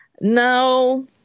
No